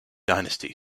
dynasty